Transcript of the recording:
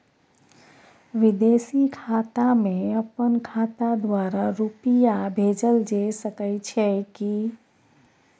विदेशी खाता में अपन खाता द्वारा रुपिया भेजल जे सके छै की?